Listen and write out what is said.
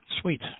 Sweet